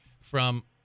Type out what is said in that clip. from-